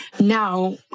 Now